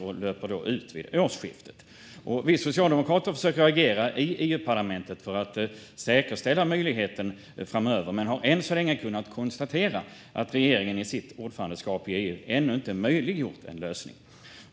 Detta undantag löper ut vid årsskiftet. Vi socialdemokrater försöker agera i EU-parlamentet för att säkerställa möjligheter för detta framöver, men vi har än så länge kunnat konstatera att regeringen i sitt ordförandeskap i EU ännu inte har möjliggjort en lösning.